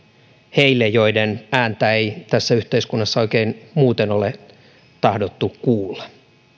heille joiden ääntä ei tässä yhteiskunnassa oikein muuten ole tahdottu kuulla